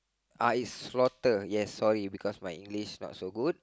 ah it's slaughter yes sorry because my English not so good